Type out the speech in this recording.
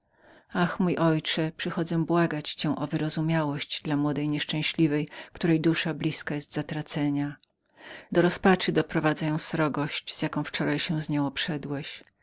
ach mój ojcze przychodzę błagać cię o pobłażanie dla młodej nieszczęśliwej której dusza blizką jest zatracenia utrzymuje ona że nie przeżyje srogości z jaką wczoraj się z nią obszedłeś